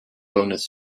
bonus